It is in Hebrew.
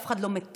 אף אחד לא מתכנן,